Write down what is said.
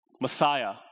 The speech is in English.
Messiah